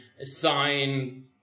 assign